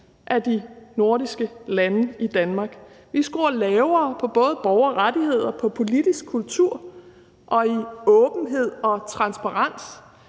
af de nordiske lande. Vi scorer lavere på både borgerrettigheder, politisk kultur og åbenhed og transparens